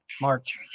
March